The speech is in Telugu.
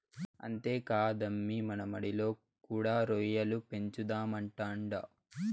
అంతేకాదమ్మీ మన మడిలో కూడా రొయ్యల పెంచుదామంటాండా